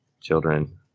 children